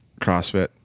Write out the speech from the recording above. CrossFit